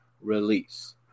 release